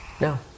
No